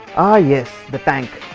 ah yes, the tank!